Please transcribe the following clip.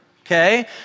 Okay